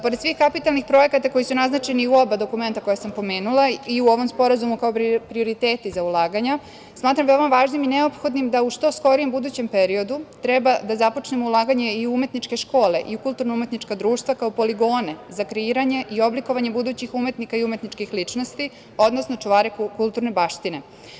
Pored svih kapitalnih projekata koji su naznačeni u oba dokumenta koja sam pomenula i u ovom sporazumu kao prioriteti za ulaganja, smatram veoma važnim i neophodnim da u što skorijem budućem periodu treba da započnemo ulaganje i u umetničke škole i kulturno-umetnička društva kao poligone za kreiranje i oblikovanje budućih umetnika i umetničkih ličnosti, odnosno čuvare kulturne baštine.